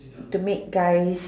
to make guys